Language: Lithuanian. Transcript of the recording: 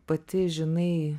pati žinai